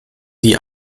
die